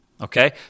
okay